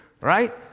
right